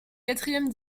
quatrième